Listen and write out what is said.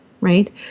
right